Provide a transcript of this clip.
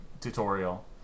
tutorial